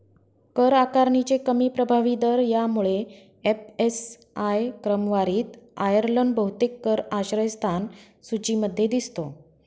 कर आकारणीचे कमी प्रभावी दर यामुळे एफ.एस.आय क्रमवारीत आयर्लंड बहुतेक कर आश्रयस्थान सूचीमध्ये दिसतो